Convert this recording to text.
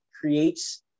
creates